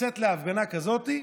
לצאת להפגנה כזאת,